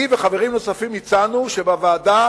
אני וחברים נוספים הצענו שבוועדה